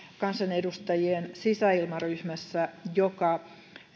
kansanedustajien sisäilmaryhmässä joka